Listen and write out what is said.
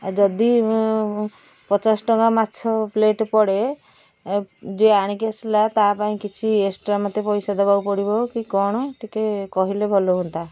ଯଦି ପଚାଶ ଟଙ୍କା ମାଛ ପ୍ଲେଟ୍ଟା ପଡ଼େ ଯିଏ ଏଣିକି ଆସିଲା ତା ପାଇଁ କିଛି ଏକ୍ସଟ୍ରା ପଇସା ଦେବାକୁ ପଡିବ କି କ'ଣ ଟିକେ କହିଲେ ଭଲ ହୁଅନ୍ତା